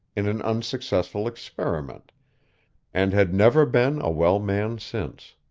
in an unsuccessful experiment and had never been a well man since.